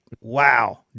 wow